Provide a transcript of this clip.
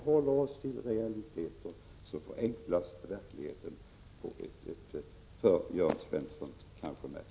Håller vi oss till realiteter förenklas kanske verkligheten på ett för Jörn Svensson märkligt sätt.